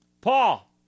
Paul